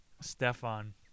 Stefan